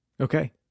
Okay